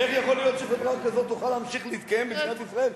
איך יכול להיות שחברה כזאת תוכל להמשיך להתקיים במדינת ישראל,